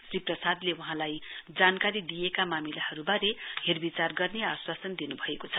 श्री प्रसादले वहाँलाई जानेकारी दिइएका मामिलाहरुवारे हेरविचार गर्ने आश्वासन दिन्भएको छ